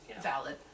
Valid